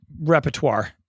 repertoire